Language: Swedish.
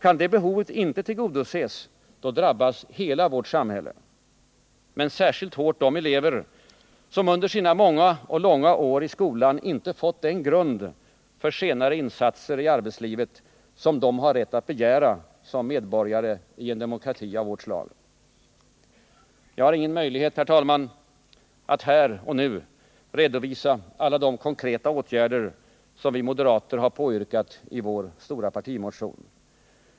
Kan det behovet inte tillgodoses, drabbas hela vårt samhälle, men särskilt hårt de elever som under sina många år i skolan inte fått den grund för senare insatser i arbetslivet som de har rätt att begära som medborgare i en demokrati av det slag vi har. Jag har ingen möjlighet, herr talman, att här och nu redovisa alla de konkreta åtgärder som vi moderater har påyrkat i vår stora partimotion.